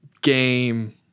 game